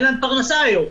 אין להם פרנסה היום.